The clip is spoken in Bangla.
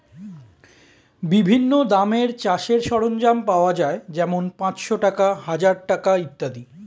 বিভিন্ন দামের চাষের সরঞ্জাম পাওয়া যায় যেমন পাঁচশ টাকা, হাজার টাকা ইত্যাদি